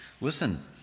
Listen